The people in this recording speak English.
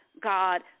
God